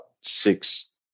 six